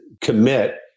commit